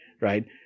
right